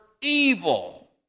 evil